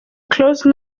close